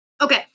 Okay